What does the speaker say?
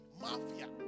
Mafia